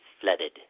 flooded